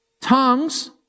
Tongues